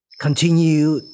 Continue